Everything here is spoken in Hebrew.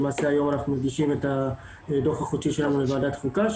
למעשה היום אנחנו מגישים את הדו"ח החודשי שלנו לוועדת החוקה,